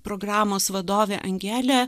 programos vadovė angelė